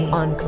on